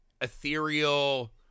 ethereal